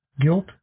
guilt